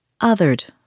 othered